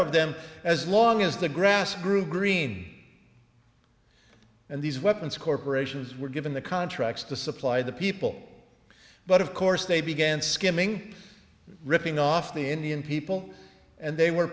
of them as long as the grass grew green and these weapons corporations were given the contracts to supply the people but of course they began skimming ripping off the indian people and they were